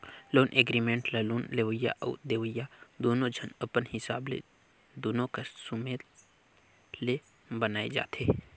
loan agreement ल loan लेवइया अउ देवइया दुनो झन अपन हिसाब ले दुनो कर सुमेत ले बनाए जाथें